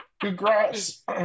Congrats